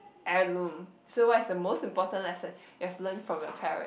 heirloom so what is the most important lesson you have learnt from your parent